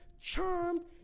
charmed